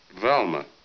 Velma